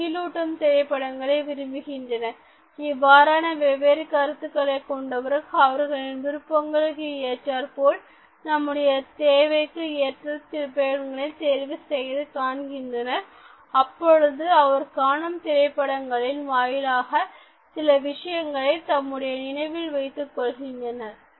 சிலர் திகிலூட்டும்திரைப்படங்களை விரும்புகின்றனர் இவ்வாறான வெவ்வேறு கருத்துக்களை கொண்டவர்கள் அவர்களின் விருப்பங்களுக்கு ஏற்றார்போல் நம்முடைய தேவைக்கு ஏற்ப திரைப்படங்களை தேர்வு செய்து காண்கின்றனர் அப்பொழுது அவர் காணும் திரைப்படங்களில் வாயிலாக சில விஷயங்களை தம்முடைய நினைவில் வைத்துக் கொள்கின்றனர்